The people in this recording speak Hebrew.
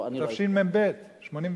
בתשמ"ב, 1982,